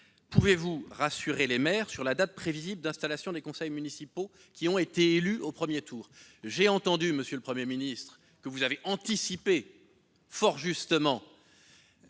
pouvez-vous rassurer les maires sur la date prévisible d'installation des conseils municipaux qui ont été élus au premier tour ?